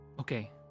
Okay